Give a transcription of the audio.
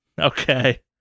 Okay